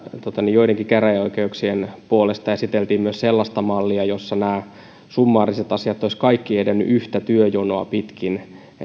joidenkin käräjäoikeuksien puolelta esiteltiin myös sellaista mallia jossa nämä summaariset asiat olisivat kaikki edenneet yhtä työjonoa pitkin